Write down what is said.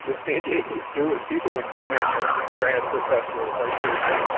but san diego zoo. and people would come in, you know grand professor of heart surgery,